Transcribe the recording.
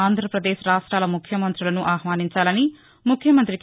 ఆంధ్రపదేశ్ రాష్టాల ముఖ్యమంతులను ఆహ్వానించాలని ముఖ్యమంతి కే